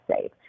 safe